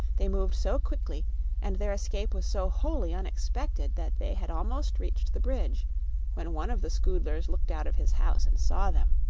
they moved so quickly and their escape was so wholly unexpected that they had almost reached the bridge when one of the scoodlers looked out of his house and saw them.